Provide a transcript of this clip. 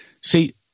See